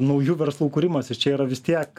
naujų verslų kūrimasis čia yra vis tiek